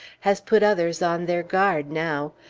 has put others on their guard now.